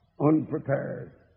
unprepared